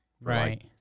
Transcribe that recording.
Right